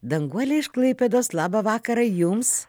danguolė iš klaipėdos labą vakarą jums